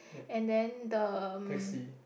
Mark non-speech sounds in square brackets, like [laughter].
and then the mm [breath]